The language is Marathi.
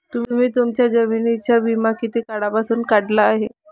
तुम्ही तुमच्या जमिनींचा विमा किती काळापासून काढला आहे?